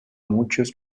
muchos